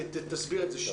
תסביר את זה.